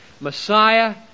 Messiah